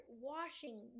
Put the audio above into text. washing